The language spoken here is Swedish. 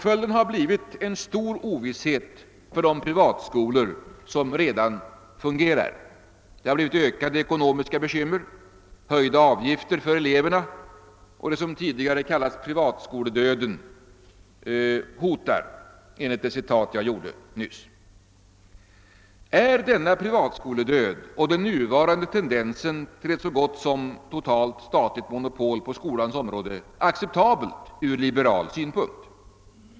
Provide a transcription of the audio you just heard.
Följden har blivit en stor ovisshet för de privatskolor som fungerar, ökade ekonomiska bekymmer, höjda avgifter för eleverna och en sådan privatskoledöd som jag nämnde i mitt citat. Är denna privatskoledöd och den nuvarande tendensen till ett så gott som totalt statligt monopol på skolans område acceptabla ur liberal synpunkt?